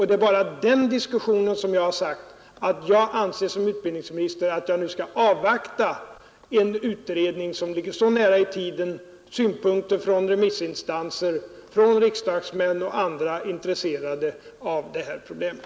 Det är bara i den diskussionen jag har sagt att jag som utbildningsminister anser att man bör avvakta en utredning som ligger sa nära i tiden och vänta på synpunkter från remissinstanser, riksdagsmän och andra som kan vara intresserade av det här problemet.